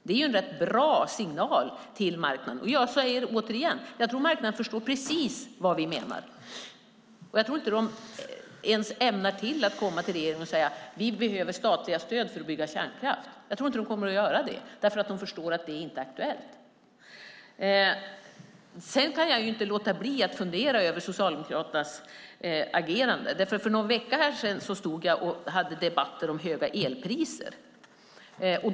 Det är en rätt bra signal till marknaden. Och jag säger återigen: Jag tror att marknaden förstår precis vad vi menar. Jag tror inte ens att de ämnar komma till regeringen för att säga: Vi behöver statliga stöd för att bygga kärnkraft. Jag tror inte att de kommer att göra det, för de förstår att det inte är aktuellt. Sedan kan jag inte låta bli att fundera över Socialdemokraternas agerande. För någon vecka sedan hade vi debatter om höga elpriser.